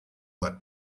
that